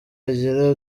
agira